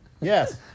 Yes